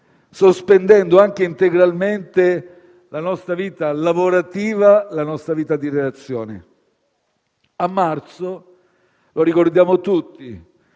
sospendendo anche integralmente la nostra vita lavorativa e la nostra vita di relazione. A marzo, lo ricordiamo tutti,